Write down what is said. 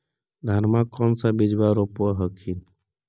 धनमा कौन सा बिजबा रोप हखिन?